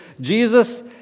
Jesus